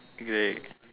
okay